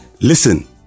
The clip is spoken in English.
Listen